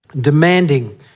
demanding